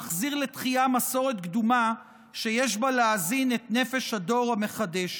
ומחזיר לתחייה מסורת קדומה שיש בה להזין את נפש הדור המחדש".